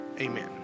Amen